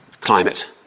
climate